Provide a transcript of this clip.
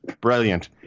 Brilliant